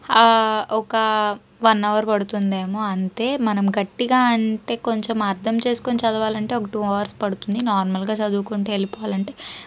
ఒక one hour పడుతుందేమో అంతే మనం గట్టిగా అంటే కొంచం అర్థం చేస్కొని చదవాలంటే ఒక టు అవర్స్ పడుతుంది నార్మల్గా చదువుకుంటే వెళ్ళిపోవాలంటే